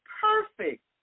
perfect